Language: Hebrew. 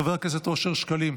חבר הכנסת אושר שקלים,